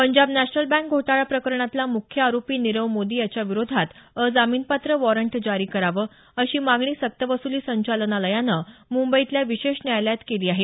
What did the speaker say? Punjab national bank घोटाळा प्रकरणातला मुख्य आरोपी नीरव मोदी याच्या विरोधात अजामीनपात्र वॉरंट जारी करावं अशी मागणी सक्तवसूली संचालनालयानं मुंबईतल्या विशेष न्यायालयात केली आहे